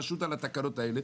פשוט על התקנות האלה.